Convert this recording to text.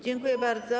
Dziękuję bardzo.